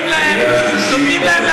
נותנים להם,